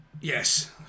Yes